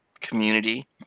community